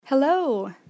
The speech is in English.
Hello